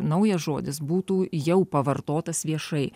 naujas žodis būtų jau pavartotas viešai